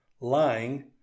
lying